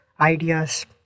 ideas